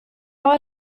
noch